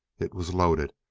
it was loaded,